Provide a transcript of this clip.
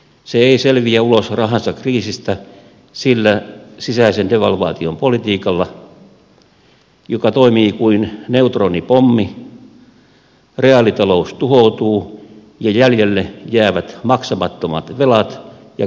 se ei selviä ulos rahansa kriisistä sillä sisäisen devalvaation politiikalla joka toimii kuin neutronipommi reaalitalous tuhoutuu ja jäljelle jäävät maksamattomat velat ja kurjistettu kansa